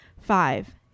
five